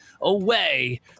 away